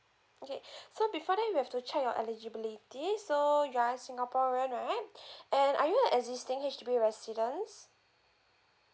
okay so before that we have to check your eligibility so you are singaporean right and are you an existing H_D_B residents